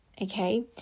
okay